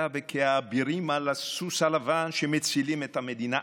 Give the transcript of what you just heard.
וכאבירים על הסוס הלבן שמצילים את המדינה,